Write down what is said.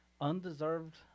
undeserved